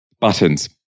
buttons